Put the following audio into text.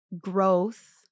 Growth